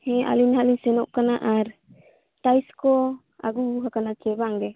ᱦᱮᱸ ᱟᱹᱞᱤᱧ ᱱᱟᱦᱟᱸᱜ ᱞᱤᱧ ᱥᱮᱱᱚᱜ ᱠᱟᱱᱟ ᱟᱨ ᱴᱟᱭᱤᱥ ᱠᱚ ᱟᱹᱜᱩ ᱟᱠᱟᱱᱟ ᱥᱮ ᱵᱟᱝ ᱜᱮ